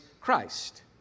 Christ